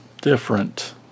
different